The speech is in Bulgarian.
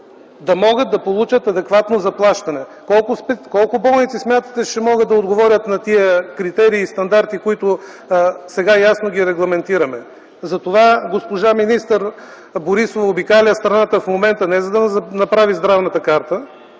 да могат да получат адекватно заплащане. Колко болници смятате, че ще могат да отговорят на тези критерии и стандарти, които сега ясно ги регламентираме? Затова министър Борисова обикаля страната в момента – не, за да направи здравната карта,